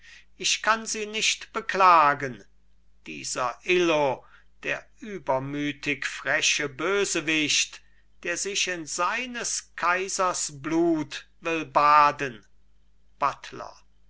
ich kann sie nicht beklagen dieser illo der übermütig freche bösewicht der sich in seines kaisers blut will baden buttler